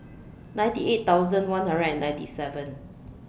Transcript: ninety eight thousand one hundred and ninety seven